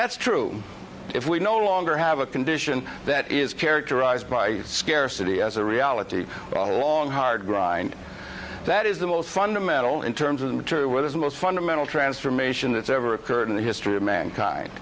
that's true if we no longer have a condition that is characterized by scarcity as a reality a long hard grind that is the most fundamental in terms of true will is the most fundamental transformation that's ever occurred in the history of mankind